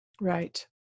Right